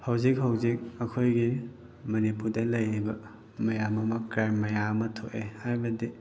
ꯍꯧꯖꯤꯛ ꯍꯧꯖꯤꯛ ꯑꯩꯈꯣꯏꯒꯤ ꯃꯅꯤꯄꯨꯔꯗ ꯂꯩꯔꯤꯕ ꯃꯌꯥꯝ ꯑꯃ ꯀ꯭ꯔꯥꯏꯝ ꯃꯌꯥꯝ ꯑꯃ ꯊꯣꯛꯑꯦ ꯍꯥꯏꯕꯗꯤ